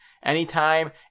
Anytime